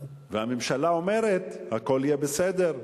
והממשלה אומרת: הכול יהיה בסדר,